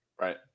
right